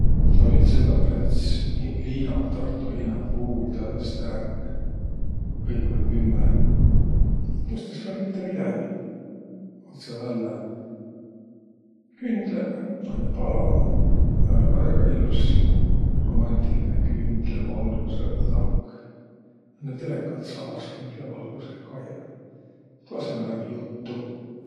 No üts õdak läts' miiq liinah, Tarto liinah, vuul tävveste ärq. Kõik oll pümme. Tuust es olõq mitte midägi. Otsõ vällä kündleq, panni palama ja oll' väega illos romantilinõ kündlevalgusõ õdak. Õnnõ telekat saa-as kündlevalgusõh kaiaq. Tuu asõmal aimiq juttu.